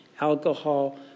alcohol